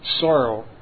sorrow